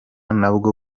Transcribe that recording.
nabwo